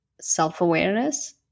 self-awareness